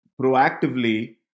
proactively